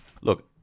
look